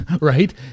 right